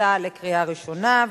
להכנתה לקריאה ראשונה.